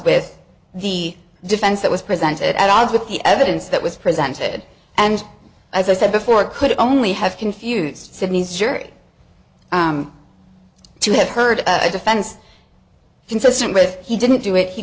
with the defense that was presented at odds with the evidence that was presented and as i said before could only have confused sydney's jury to have heard a defense consistent with he didn't do it he